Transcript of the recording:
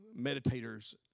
meditators